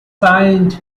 signed